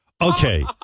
Okay